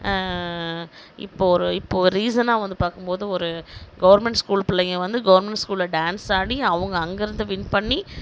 இப்போ ஒரு இப்போ ஒரு ரீசணா வந்து பார்க்கும் போது ஒரு கவர்மெண்ட் ஸ்கூல் பிள்ளைங்க வந்து கவர்மெண்ட் ஸ்கூலில் டான்ஸ் ஆடி அவங்க அங்கேயிருந்து வின் பண்ணி